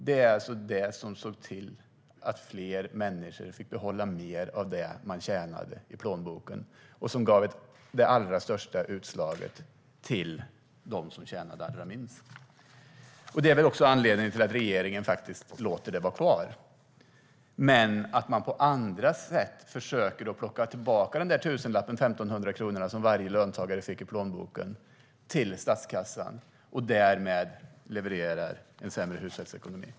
Det var det som såg till att fler människor fick behålla mer av det de tjänar i plånboken och som gav störst utslag för dem som tjänar allra minst. Det är också anledningen till att regeringen låter det vara kvar. Men man försöker plocka tillbaka den tusenlapp eller de 1 500 kronor som varje löntagare fick i plånboken till statskassan på andra sätt och levererar därmed en sämre hushållsekonomi.